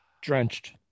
drenched